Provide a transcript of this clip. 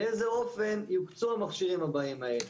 באיזה אופן יוקצו המכשירים האלה,